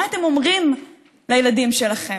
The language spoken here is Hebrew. מה אתם אומרים לילדים שלכם?